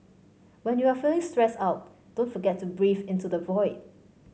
when you are feeling stressed out don't forget to breathe into the void